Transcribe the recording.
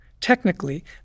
technically